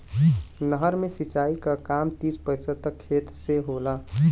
नहर से सिंचाई क काम तीस प्रतिशत तक खेत से होला